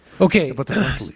Okay